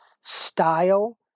style